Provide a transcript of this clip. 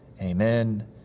Amen